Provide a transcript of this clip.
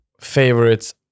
favorites